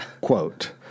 quote